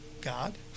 God